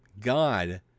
God